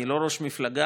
אני לא ראש מפלגה,